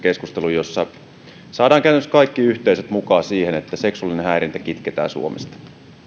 keskustelun jossa saadaan käytännössä kaikki yhteisöt mukaan siihen että seksuaalinen häirintä kitketään suomesta